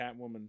Catwoman